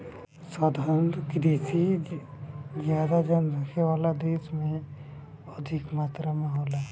सघन कृषि ज्यादा जनसंख्या वाला देश में अधिक मात्रा में होला